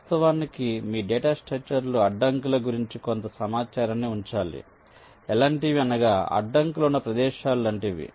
వాస్తవానికి మీ data structure లో అడ్డంకుల గురించి కొంత సమాచారాన్ని ఉంచాలి ఎలాంటివి అనగా అడ్డంకులు ఉన్న ప్రదేశాలు లాంటివి